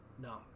No